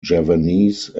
javanese